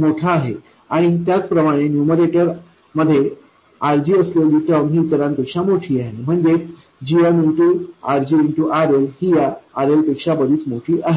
मोठी आहे आणि त्याचप्रमाणे न्यूमरेटरमध्ये RG असलेली टर्म ही इतरांपेक्षा मोठी आहे म्हणजे gm RGRL ही या RL पेक्षा बरीच मोठी आहे